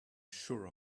sure